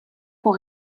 pour